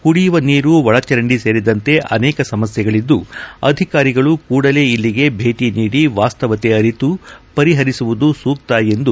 ಕುಡಿಯುವ ನೀರು ಒಳಚರಂಡಿ ಸೇರಿದಂತೆ ಅನೇಕ ಸಮಸ್ನೆಗಳದ್ದು ಅಧಿಕಾರಿಗಳು ಕೂಡಲೇ ಇಲ್ಲಿಗೆ ಭೇಟಿ ನೀಡಿ ವಾಸ್ತವತೆ ಅರಿತು ಪರಿಪರಿಸುವುದು ಸೂಕ್ತ ಎಂದು ಅವರು ಹೇಳದರು